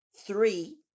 Three